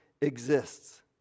exists